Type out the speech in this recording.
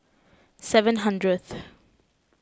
seven hundredth